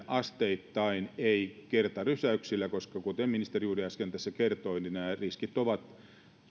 asteittain ei kertarysäyksellä koska kuten ministeri juuri äsken tässä kertoi nämä riskit ovat